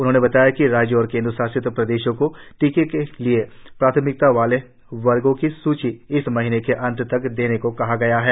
उन्होंने बताया कि राज्यों और केंद्रशासित प्रदेशों को टीके के लिए प्राथमिकता वाले वर्गों की सुची इस महीने के अंत तक देने को कहा गया है